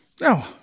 No